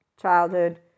childhood